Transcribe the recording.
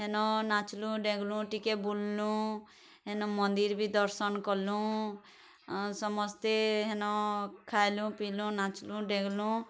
ହେନ ନାଚ୍ଲୁଁ ଡେଁଗ୍ଲୁଁ ଟିକେ ବୁଲ୍ଲୁଁ ହେନ ମନ୍ଦିର୍ ବି ଦର୍ଶନ୍ କର୍ଲୁଁ ଆଉ ସମସ୍ତେ ହେନ ଖାଏଲୁଁ ପିଇଲୁଁ ନାଚ୍ଲୁଁ ଡେଁଗ୍ଲୁଁ